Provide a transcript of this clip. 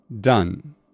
Done